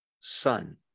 son